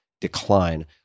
decline